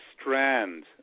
strand